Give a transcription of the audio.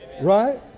Right